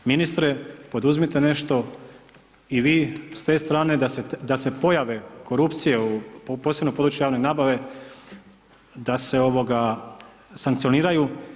Ministre, poduzmite nešto i vi s te strane da se pojave korupcije, posebno u području javne nabave, da se sankcioniraju.